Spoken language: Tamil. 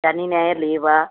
சனி ஞாயிறு லீவா